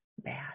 bad